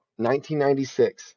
1996